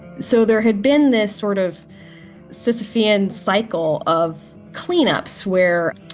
so there had been this sort of sisyphean cycle of cleanups where,